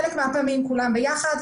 חלק מהפעמים כולם ביחד,